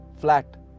flat